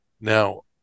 Now